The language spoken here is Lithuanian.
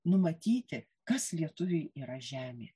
numatyti kas lietuviui yra žemė